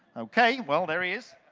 okay, well, there he is.